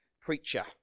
preacher